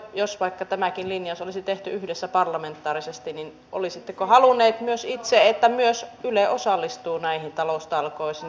jos vaikka tämäkin linjaus olisi tehty yhdessä parlamentaarisesti olisitteko halunneet myös itse että myös yle osallistuu näihin taloustalkoisiin